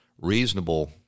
reasonable